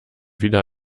wieder